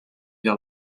vers